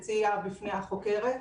הציעה בפני החוקרת.